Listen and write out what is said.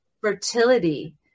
fertility